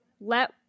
Let